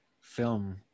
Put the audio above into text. film